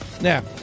Now